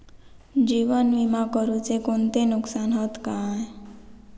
जीवन विमा करुचे कोणते नुकसान हत काय?